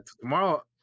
tomorrow